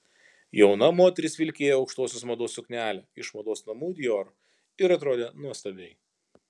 jauna moteris vilkėjo aukštosios mados suknelę iš mados namų dior ir atrodė nuostabiai